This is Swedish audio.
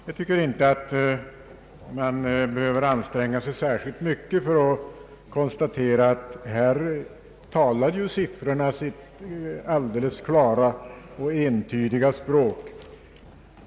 Jag tycker inte att man behöver anstränga sig särskilt mycket för att konstatera att siffrorna här talar sitt klara och entydiga språk.